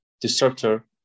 disruptor